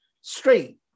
straight